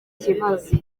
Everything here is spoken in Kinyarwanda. kibazo